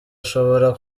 ashobora